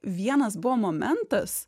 vienas buvo momentas